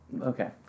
Okay